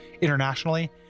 internationally